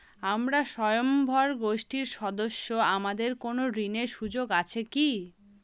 আমরা স্বয়ম্ভর গোষ্ঠীর সদস্য আমাদের কোন ঋণের সুযোগ আছে কি?